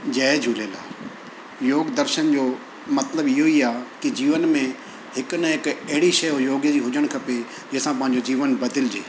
जय झूलेलाल योग दर्शन जो मतिलबु इहा ई आहे की जीवन में हिकु न हिकु अहिड़ी शइ योग जी हुजणु खपे जंहिं सां पंहिंजो जीवनु बदिलिजे